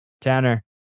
tanner